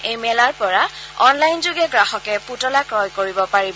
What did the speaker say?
এই মেলাৰ পৰা অনলাইনযোগে গ্ৰাহকে পুতলা ক্ৰয় কৰিব পাৰিব